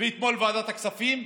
אתמול בוועדת הכספים?